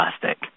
plastic